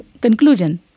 conclusion